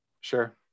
Sure